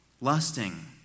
Lusting